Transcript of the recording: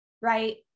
Right